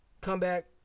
comeback